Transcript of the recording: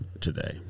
today